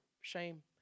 shame